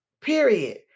period